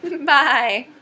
bye